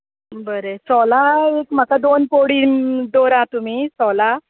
बरें सोलां म्हाका दोन पोडी दवरा तुमी सोलां